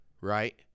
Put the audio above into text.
right